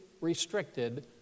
restricted